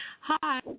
Hi